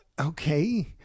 okay